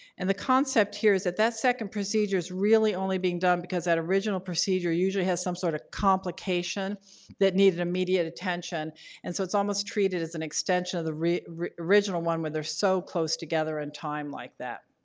and the concept here is that that second procedure is really only being done because that original procedure usually has some sort of complication that needed immediate attention and so it's almost treated as an extension of the original one where they're so close together in time like that.